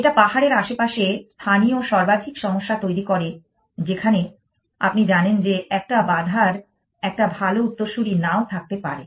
এটা পাহাড়ের আশেপাশে স্থানীয় সর্বাধিক সমস্যা তৈরি করে যেখানে আপনি জানেন যে একটা বাধার একটা ভাল উত্তরসূরি নাও থাকতে পারে